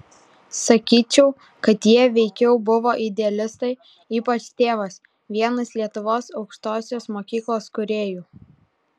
sakyčiau kad jie veikiau buvo idealistai ypač tėvas vienas lietuvos aukštosios mokyklos kūrėjų